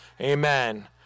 Amen